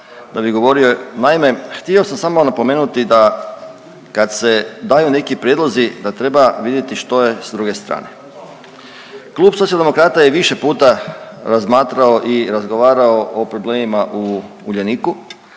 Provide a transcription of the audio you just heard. da bi govorio. Naime, htio sam samo napomenuti da kad se daju neki prijedlozi da treba vidjeti što je s druge strane. Klub Socijaldemokrata je više puta razmatrao i razgovarao o problemima u Uljaniku,